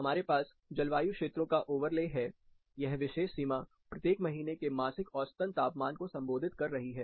हमारे पास जलवायु क्षेत्रों का ओवरले है यह विशेष सीमा प्रत्येक महीने के मासिक औसतन तापमान को संबोधित कर रही है